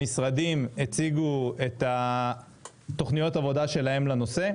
המשרדים הציגו את תוכניות העבודה שלהם לנושא.